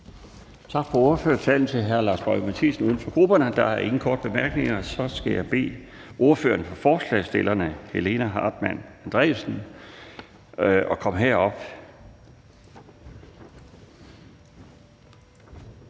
Tak til hr. Lars Boje Mathiesen, uden for grupperne, for talen. Der er ingen korte bemærkninger. Så skal jeg bede ordføreren for forslagsstillerne, Helena Artmann Andresen, om at komme herop.